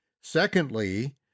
Secondly